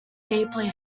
deeply